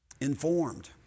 Informed